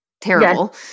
Terrible